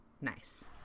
Nice